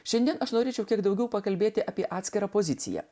šiandien aš norėčiau kiek daugiau pakalbėti apie atskirą poziciją